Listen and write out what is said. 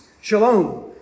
shalom